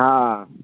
ہاں